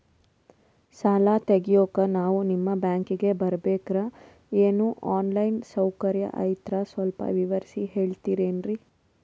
ಸಾಲ ತೆಗಿಯೋಕಾ ನಾವು ನಿಮ್ಮ ಬ್ಯಾಂಕಿಗೆ ಬರಬೇಕ್ರ ಏನು ಆನ್ ಲೈನ್ ಸೌಕರ್ಯ ಐತ್ರ ಸ್ವಲ್ಪ ವಿವರಿಸಿ ಹೇಳ್ತಿರೆನ್ರಿ?